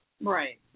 Right